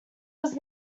was